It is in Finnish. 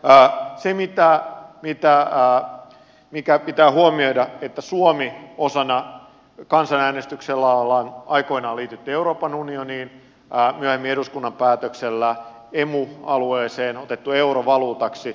aktiivit ja mitä ja mikä pitää huomioida että suomi suomessa kansanäänestyksellä ollaan aikoinaan liitytty euroopan unioniin myöhemmin eduskunnan päätöksellä emu alueeseen on otettu euro valuutaksi